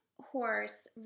horse